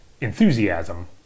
enthusiasm